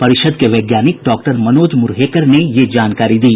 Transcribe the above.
परिषद के वैज्ञानिक डॉक्टर मनोज मुरहेकर ने यह जानकारी दी